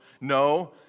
No